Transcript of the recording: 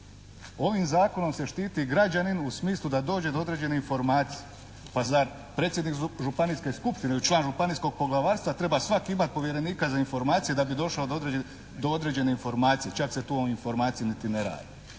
Ovim zakonom se štiti građanin u smislu da dođe d-o određene informacije. Pa zar predsjednik županijske skupštine ili član županijskog poglavarstvo treba svak imati povjerenika za informacije da bi došao do određene informacije, čak se tu o informaciji niti ne radi.